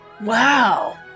Wow